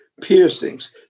piercings